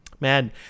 Man